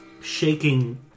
shaking